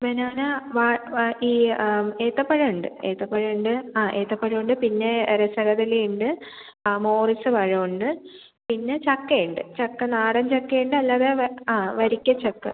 banana വാഴ് വാ ഈ ഏത്തപ്പഴം ഉണ്ട് ഏത്തപ്പഴം ഉണ്ട് ആ ഏത്തപ്പഴമുണ്ട് പിന്നെ രസകദളിയുണ്ട് ആ മോറിസ് പഴമുണ്ട് പിന്നെ ചക്കയുണ്ട് ചക്ക നാടൻ ചക്കയുണ്ട് അല്ലാതെ വ ആ വരിക്ക ചക്ക